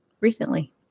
recently